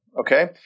okay